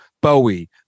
Bowie